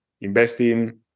investing